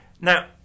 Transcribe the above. now